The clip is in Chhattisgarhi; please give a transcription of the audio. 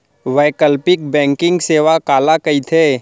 वैकल्पिक बैंकिंग सेवा काला कहिथे?